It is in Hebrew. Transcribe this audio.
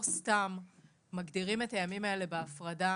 סתם מגדירים את הימים האלה בהפרדה,